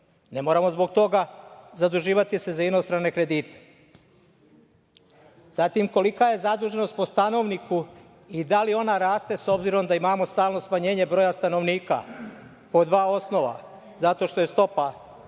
Ne moramo se zbog toga zaduživati za inostrane kredite. Zatim, kolika je zaduženost po stanovniku i da li ona raste, s obzirom da imamo stalno smanjenje broja stanovnika, po dva osnova, zato što je stopa